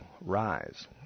rise